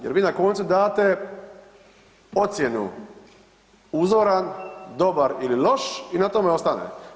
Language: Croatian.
Jer vi na koncu date ocjenu uzoran, dobar ili loš i na tome ostane.